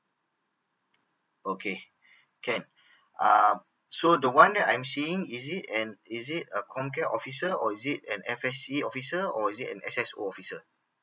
okay can uh so the one that I am seeing is it an is it a COMCARE officer or is it an F_S_C officer or is it a S_S_O officer